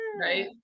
right